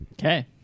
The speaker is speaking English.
Okay